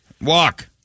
Walk